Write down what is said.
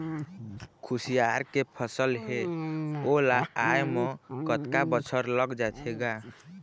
खुसियार के फसल हे ओ ला आय म कतका बछर लग जाथे गा?